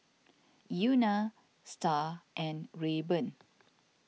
Euna Star and Rayburn